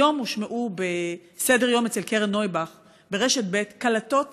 היום הושמעו ב"סדר יום" אצל קרן נויבך ברשת ב' קלטות